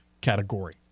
category